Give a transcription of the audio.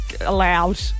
allowed